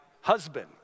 husband